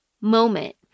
moment